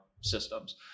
systems